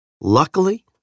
Luckily